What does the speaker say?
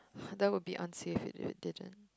that would be unsafe if it didn't